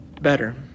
better